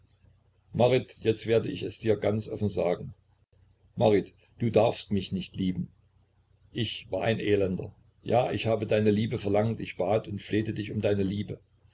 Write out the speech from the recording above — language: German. marit jetzt werde ich es dir ganz offen sagen marit du darfst mich nicht lieben ich war ein elender ja ich habe deine liebe verlangt ich bat und flehte dich um deine liebe